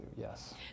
yes